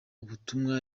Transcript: ubutumwa